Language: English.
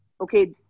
okay